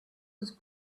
was